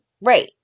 Right